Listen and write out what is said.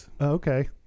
Okay